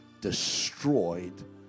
destroyed